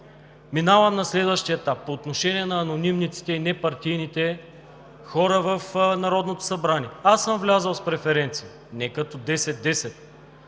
Минавам на следващия етап по отношение на анонимните и непартийните хора в Народното събрание. Аз съм влязъл с преференции, а не като 10/10